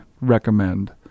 recommend